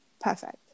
perfect